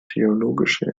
theologische